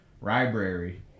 Library